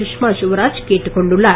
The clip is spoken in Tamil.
சுஷ்மா ஸ்வராஜ் கேட்டுக் கொண்டுள்ளார்